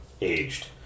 Aged